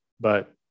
But-